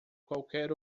qualquer